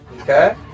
Okay